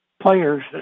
players